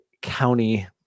county